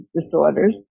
disorders